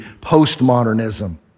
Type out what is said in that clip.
post-modernism